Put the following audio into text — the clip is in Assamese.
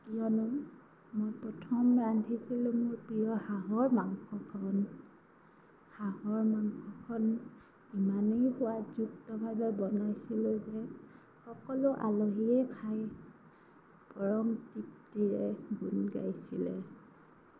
কিয়নেো মই প্ৰথম ৰান্ধিছিলোঁ মোৰ প্ৰিয় হাঁহৰ মাংসকণ হাঁহৰ মাংসকণ ইমানেই সোৱাদযুক্তভাৱে বনাইছিলোঁ যে সকলো আলহীয়ে খাই পৰম তৃপ্তিৰে গুণ গাইছিলে